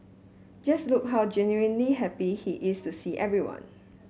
just look how genuinely happy he is to see everyone